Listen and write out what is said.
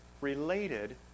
related